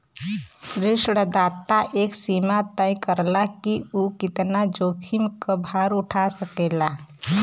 ऋणदाता एक सीमा तय करला कि उ कितना जोखिम क भार उठा सकेला